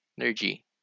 Energy